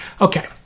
Okay